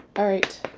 alright,